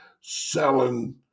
selling